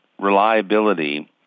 reliability